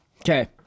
okay